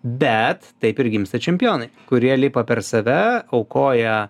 bet taip ir gimsta čempionai kurie lipa per save aukoja